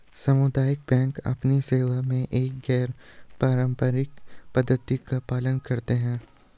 सामुदायिक बैंक अपनी सेवा में एक गैर पारंपरिक पद्धति का पालन करते हैं